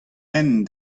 hent